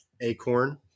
Acorn